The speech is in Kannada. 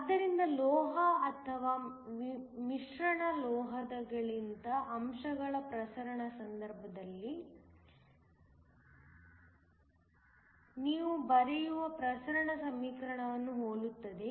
ಆದ್ದರಿಂದ ಲೋಹ ಅಥವಾ ಮಿಶ್ರಲೋಹದೊಳಗಿನ ಅಂಶಗಳ ಪ್ರಸರಣ ಸಂದರ್ಭದಲ್ಲಿ ನೀವು ಬರೆಯುವ ಪ್ರಸರಣ ಸಮೀಕರಣವನ್ನು ಹೋಲುತ್ತದೆ